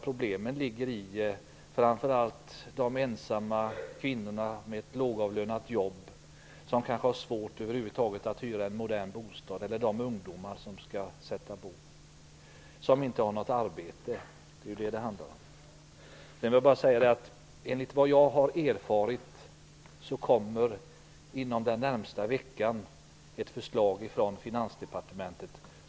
Problemen gäller framför allt de ensamma kvinnorna med lågavlönat jobb som kanske har svårt att över huvud taget hyra en modern bostad eller de ungdomar som skall sätta bo och som inte har något arbete. Det är vad det handlar om. Sedan vill jag bara säga att enligt vad jag har erfarit kommer inom den närmaste veckan ett förslag från Finansdepartementet.